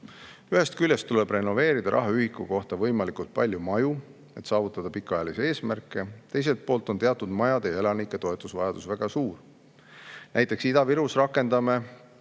Ühest küljest tuleb renoveerida rahaühiku kohta võimalikult palju maju, et saavutada pikaajalisi eesmärke, teiselt poolt on teatud majade elanike toetusvajadus väga suur. Näiteks Ida-Virus rakendame